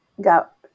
got